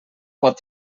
pot